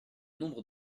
nombre